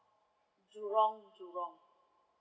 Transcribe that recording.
jurong jurong